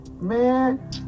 man